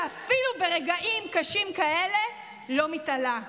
שאפילו ברגעים קשים כאלה לא מתעלה.